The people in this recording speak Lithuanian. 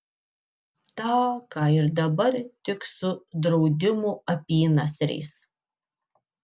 tą ką ir dabar tik su draudimų apynasriais